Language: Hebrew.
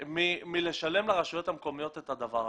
מלשלם לרשויות המקומיות את הדבר הזה,